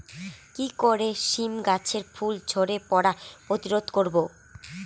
কি করে সীম গাছের ফুল ঝরে পড়া প্রতিরোধ করব?